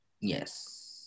yes